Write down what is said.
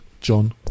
John